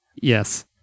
Yes